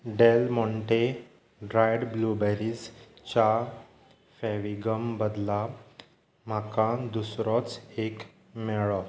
Dell Monte dried ब्लुबॅरीजच्या फॅविगम बदला म्हाका दुसरोच एक मेळ्ळो